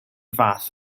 fath